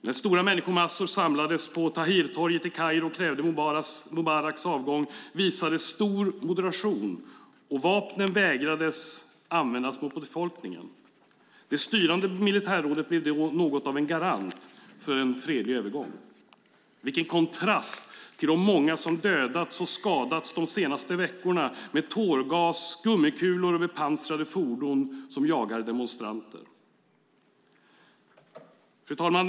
När stora människomassor samlades på Tahrirtorget i Kairo och krävde Mubaraks avgång visades stor moderation, och man vägrade använda vapnen mot befolkningen. Det styrande militärrådet blev då något av garant för en fredlig övergång. Vilken kontrast till de många som dödats och skadats de senaste veckorna med tårgas, gummikulor och bepansrade fordon som jagar demonstranter! Fru talman!